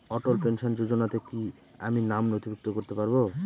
অটল pension যোজনাতে কি আমি নাম নথিভুক্ত করতে পারবো?